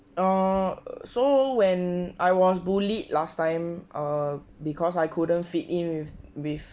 oh so when I was bullied last time err because I couldn't fit in with with